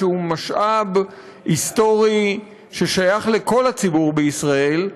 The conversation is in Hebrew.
שהוא משאב היסטורי ששייך לכל הציבור בישראל,